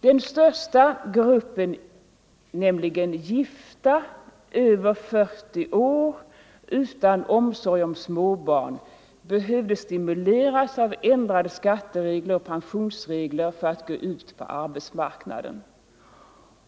Den största gruppen, gifta över 40 år utan omsorg om småbarn, behövde stimuleras av ändrade skatteregler och pensionsregler för att gå ut på arbetsmarknaden.